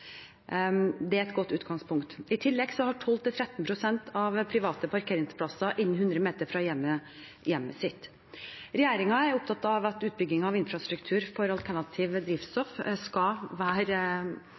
Det er et godt utgangspunkt. I tillegg har 12–13 pst. private parkeringsplasser innen 100 meter fra hjemmet sitt. Regjeringen er opptatt av at utbyggingen av infrastruktur for